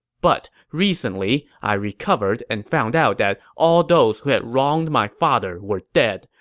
but recently i recovered and found out that all those who had wronged my father were dead.